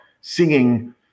singing